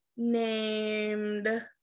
named